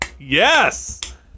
Yes